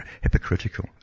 hypocritical